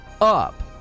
up